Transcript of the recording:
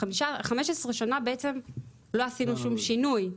15 שנה לא עשינו שום שינוי.